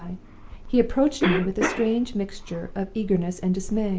he approached me with a strange mixture of eagerness and dismay.